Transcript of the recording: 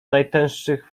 najtęższych